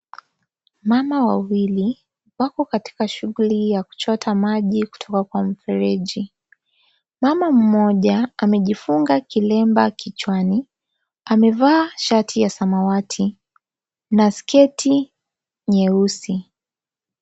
Mama wawili wako katika shughuli ya kuchota maji kutoka kwa mfereji. Mama mmoja amejifunga kilemba kichwani. Amevaa shati ya samawati na sketi nyeusi.